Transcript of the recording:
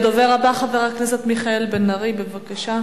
הדובר הבא, חבר הכנסת מיכאל בן-ארי, בבקשה.